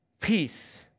Peace